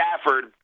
Stafford